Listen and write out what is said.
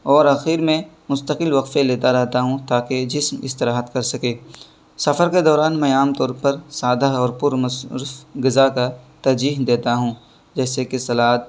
اور اخیر میں مستقل وقفے لیتا رہتا ہوں تاکہ جسم استراحت کر سکے سفر کے دوران میں عام طور پر سادہ اور پر غذا کا ترجیح دیتا ہوں جیسے کہ سلاد